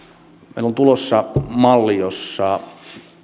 meillä on tulossa malli jossa